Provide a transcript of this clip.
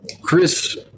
Chris